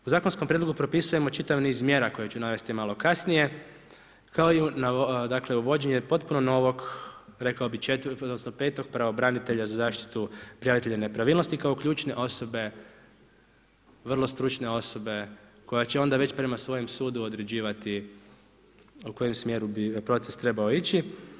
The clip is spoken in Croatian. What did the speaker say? U zakonskom prijedlogu propisujemo čitav niz mjera koje ću navesti malo kasnije, kao i dakle, uvođenje potpuno novog rekao bi 4, odnosno 5 pravobranitelja za zaštitu, prijavitelja nepravilnosti, kao ključne osobe vrlo stručne osobe, koje će onda već prema svojem sudu određivati, u kojem smjeru bi proces trebao ići.